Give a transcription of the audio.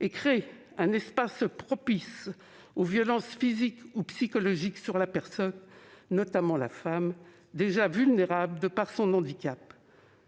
et crée un espace propice aux violences physiques ou psychologiques sur la personne, notamment la femme, déjà vulnérable du fait de son handicap.